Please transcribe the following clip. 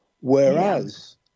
Whereas